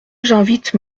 j’invite